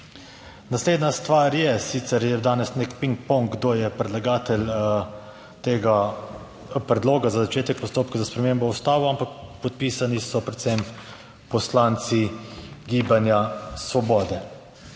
Naslednja stvar je, sicer je danes nek pingpong, kdo je predlagatelj tega predloga za začetek postopka za spremembo Ustave, ampak podpisani so predvsem poslanci Gibanja Svobode.